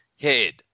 head